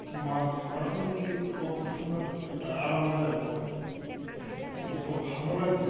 যে মাছ ধরাটাই যে কত সুন্দর একটা আরামদায়ক যে কত ভালো লাগে